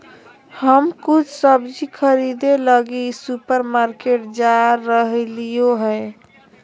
हम कुछ सब्जि खरीदे लगी सुपरमार्केट जा रहलियो हें